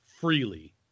freely